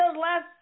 last